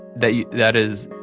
that yeah that is,